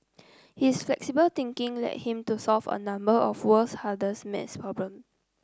his flexible thinking led him to solve a number of world's hardest maths problems